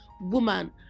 Woman